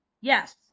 yes